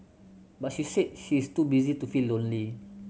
but she said she is too busy to feel lonely